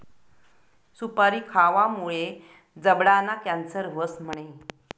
सुपारी खावामुये जबडाना कॅन्सर व्हस म्हणे?